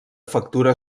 factura